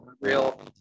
real